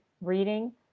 reading